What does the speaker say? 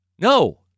No